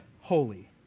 holy